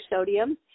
sodium